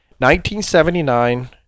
1979